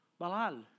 balal